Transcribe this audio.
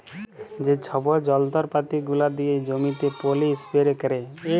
যে ছব যল্তরপাতি গুলা দিয়ে জমিতে পলী ইস্পেরে ক্যারে